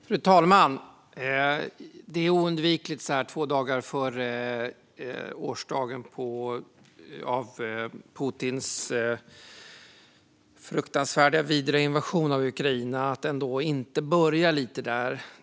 Fru talman! Det är oundvikligt så här två dagar före årsdagen av Putins fruktansvärda, vidriga invasion av Ukraina att börja lite där.